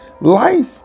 Life